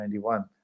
1991